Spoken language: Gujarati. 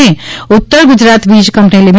અને ઉત્તર ગુજરાત વીજ કંપની લી